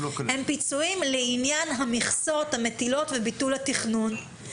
פיצויים לעניין המכסות המטילות וביטול התכנון.